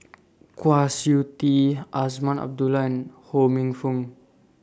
Kwa Siew Tee Azman Abdullah Ho Minfong